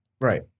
Right